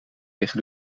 tegen